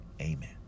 amen